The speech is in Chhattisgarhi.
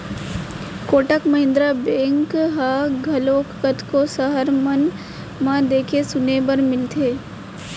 कोटक महिन्द्रा बेंक ह घलोक कतको सहर मन म देखे सुने बर मिलथे